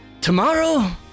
Tomorrow